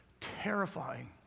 terrifying